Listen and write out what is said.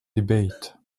debate